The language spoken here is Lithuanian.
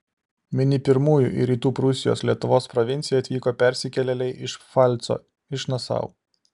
vieni pirmųjų į rytų prūsijos lietuvos provinciją atvyko persikėlėliai iš pfalco iš nasau